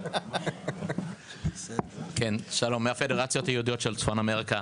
אני מהפדרציות היהודיות של צפון אמריקה.